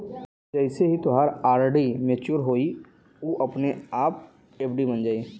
जइसे ही तोहार आर.डी मच्योर होइ उ अपने आप एफ.डी बन जाइ